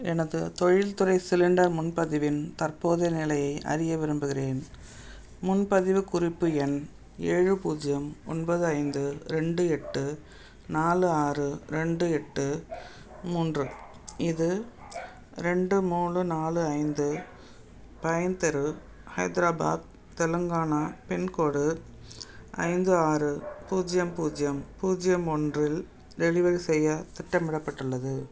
எனது தொழில்துறை சிலிண்டர் முன்பதிவின் தற்போதைய நிலையை அறிய விரும்புகிறேன் முன்பதிவு குறிப்பு எண் ஏழு பூஜ்ஜியம் ஒன்பது ஐந்து ரெண்டு எட்டு நாலு ஆறு ரெண்டு எட்டு மூன்று இது ரெண்டு மூணு நாலு ஐந்து பைன் தெரு ஹைதராபாத் தெலுங்கானா பின்கோடு ஐந்து ஆறு பூஜ்ஜியம் பூஜ்ஜியம் பூஜ்ஜியம் ஒன்றில் டெலிவரி செய்ய திட்டமிடப்பட்டுள்ளது